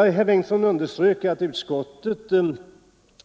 Herr Bengtsson underströk att utskottet inte